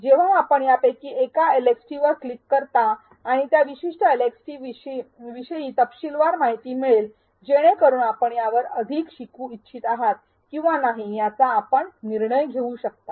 जेव्हा आपण यापैकी एका एलएक्सटी वर क्लिक करता आपल्याला त्या विशिष्ट एलएक्सटी विषयी तपशीलवार माहिती मिळेल जेणेकरून आपण यावर अधिक शिकू इच्छित आहात किंवा नाही याचा आपण निर्णय घेऊ शकता